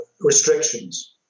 restrictions